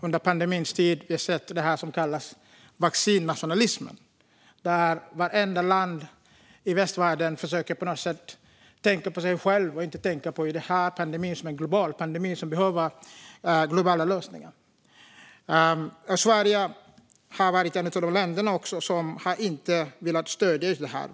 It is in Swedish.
Under pandemins tid har vi sett det som kallas vaccinnationalism, där vartenda land i västvärlden på något sätt försöker tänka på sig självt och inte tänker på att detta är en global pandemi som behöver globala lösningar. Sverige har varit ett av de länder som inte har velat stödja detta.